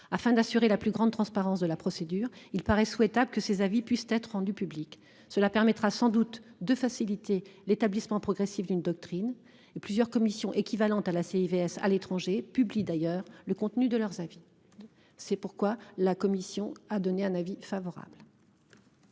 afin d'assurer la plus grande transparence de la procédure il paraît souhaitable que ces avis puissent être rendus publics. Cela permettra sans doute de faciliter l'établissement progressif d'une doctrine et plusieurs commissions équivalente à la CIV. À l'étranger publie d'ailleurs le contenu de leurs avis. C'est pourquoi la Commission a donné un avis favorable.